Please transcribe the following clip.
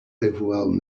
overwhelmed